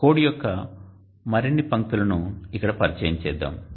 code యొక్క మరిన్ని పంక్తులను ఇక్కడ పరిచయం చేద్దాం